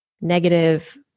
negative